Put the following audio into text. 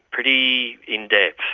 pretty in-depth,